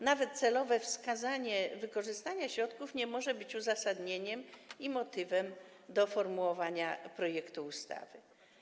Nawet celowe wskazanie wykorzystania środków nie może być uzasadnieniem i motywem formułowania projektu ustawy.